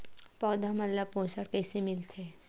पौधा मन ला पोषण कइसे मिलथे?